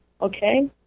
okay